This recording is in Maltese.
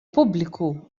pubbliku